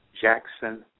Jackson